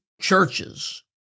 churches